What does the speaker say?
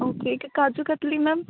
okay ਅਤੇ kaju katli ma'am